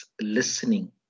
listening